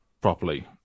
properly